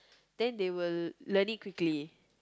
then they will learn it quickly